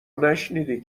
نشنیدی